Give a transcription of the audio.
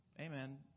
amen